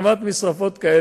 הללו.